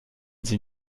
sie